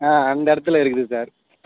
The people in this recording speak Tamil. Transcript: ஆ அந்த இடத்துல இருக்குது சார் அது ஓகேவா சார்